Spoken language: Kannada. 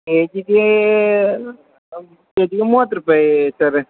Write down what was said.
ಕೆ ಜಿಗೆ ಕೆ ಜಿಗೆ ಮೂವತ್ತು ರೂಪಾಯಿ ಸರ